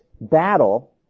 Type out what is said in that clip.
battle